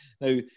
Now